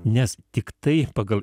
nes tiktai pagal